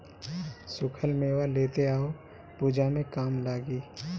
सुखल मेवा लेते आव पूजा में काम लागी